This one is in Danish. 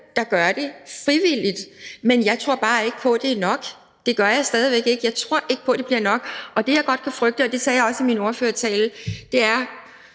der gør det frivilligt, men jeg tror bare ikke på, at det er nok – og det gør jeg stadig væk ikke. Jeg tror ikke på, at det er nok. Det, jeg godt kunne frygte, som jeg også sagde i min ordførertale – og